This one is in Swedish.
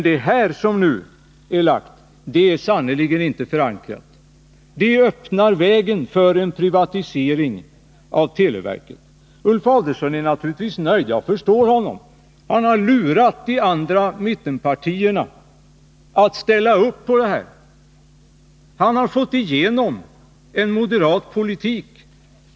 Det förslag som nu är framlagt är sannerligen inte förankrat. Det öppnar vägen för en privatisering av televerket. Ulf Adelsohn är naturligtvis nöjd, jag förstår honom. Han har lurat mittenpartierna att ställa upp på det här. Han har fått igenom en moderat politik.